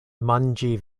manĝi